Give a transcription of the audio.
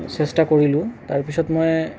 চেষ্টা কৰিলোঁ তাৰ পিছত মই